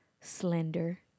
slender